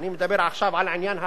אני מדבר עכשיו על העניין הגרעיני.